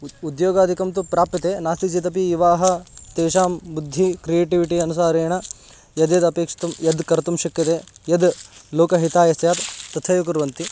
उद् उद्योगादिकं तु प्राप्यते नास्ति चेत् अपि युवानः तेषां बुद्धिः क्रियेटिविटि अनुसारेण यद्यदपेक्षितं यद् कर्तुं शक्यते यद् लोकहिताय स्यात् तथैव कुर्वन्ति